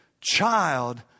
child